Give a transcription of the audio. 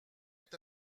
est